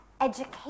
education